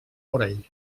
morell